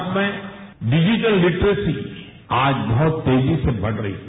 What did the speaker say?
भारत में digital literacy आज बहुत तेजी से बढ़ रही है